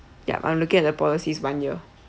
yup I'm looking at the policies one year